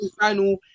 Final